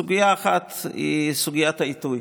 סוגיה אחת היא סוגיית העיתוי,